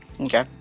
Okay